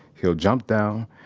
he'll jump down,